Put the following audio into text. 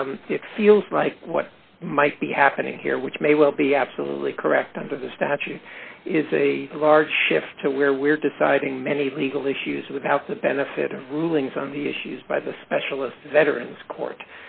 that it feels like what might be happening here which may well be absolutely correct under the statute is a large shift where we're deciding many legal issues without the benefit of rulings on the issues by the specialist veterans court